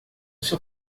seu